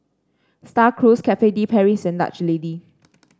Star Cruise Cafe De Paris and Dutch Lady